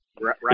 right